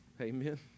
Amen